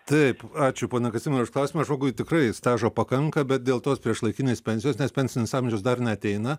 taip ačiū pone kazimierai už klausimą žmogui tikrai stažo pakanka bet dėl tos priešlaikinės pensijos nes pensinis amžius dar neateina